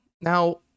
Now